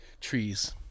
Trees